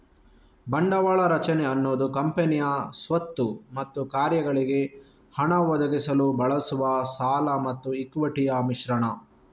ಬಂಡವಾಳ ರಚನೆ ಅನ್ನುದು ಕಂಪನಿಯ ಸ್ವತ್ತು ಮತ್ತು ಕಾರ್ಯಗಳಿಗೆ ಹಣ ಒದಗಿಸಲು ಬಳಸುವ ಸಾಲ ಮತ್ತು ಇಕ್ವಿಟಿಯ ಮಿಶ್ರಣ